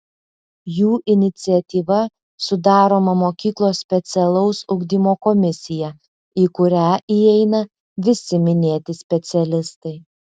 jų iniciatyva sudaroma mokyklos specialaus ugdymo komisija į kurią įeina visi minėti specialistai